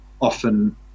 often